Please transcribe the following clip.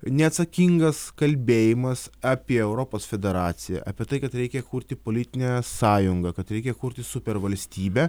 neatsakingas kalbėjimas apie europos federaciją apie tai kad reikia kurti politinę sąjungą kad reikia kurti supervalstybę